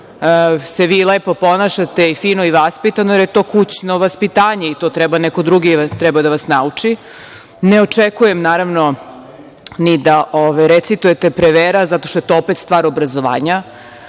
se vi lepo ponašate i vaspitano, jer je to kućno vaspitanje i to treba neko drugi da vas nauči. Ne očekujem naravno ni da recitujete Prevera, zato što je to opet stvar obrazovanja,